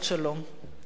יהי זכרו ברוך.